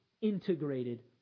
integrated